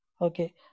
okay